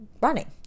running